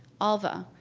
alva,